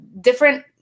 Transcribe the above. different